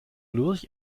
lurch